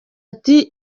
ati